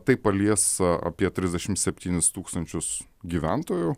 tai palies apie trisdešimt septynis tūkstančius gyventojų